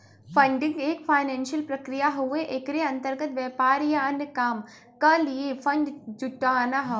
funding एक financial प्रक्रिया हउवे एकरे अंतर्गत व्यापार या अन्य काम क लिए फण्ड जुटाना हौ